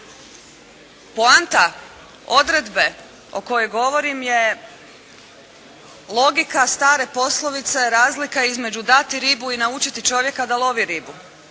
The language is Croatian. Poanta odredbe o kojoj govorim je logika stare poslovice, razlika između dati ribu i naučiti čovjeka da lovi ribu.